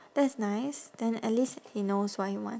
that's nice then at least he knows what he want